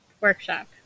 workshop